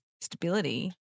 stability